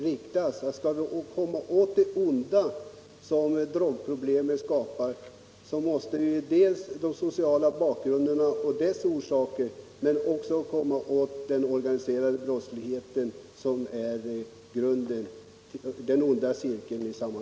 Skall man komma åt det onda som drogmissbruket är upphov till måste man angripa dels den sociala bakgrunden och dess orsaker, dels den organiserade brottsligheten, som är grunden till den onda cirkeln.